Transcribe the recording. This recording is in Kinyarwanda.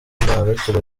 indangagaciro